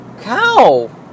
Cow